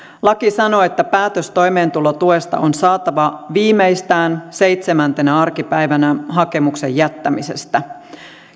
laki sanoo että päätös toimeentulotuesta on saatava viimeistään seitsemäntenä arkipäivänä hakemuksen jättämisestä